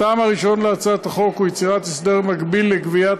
הטעם הראשון להצעת החוק הוא יצירת הסדר מקביל לגביית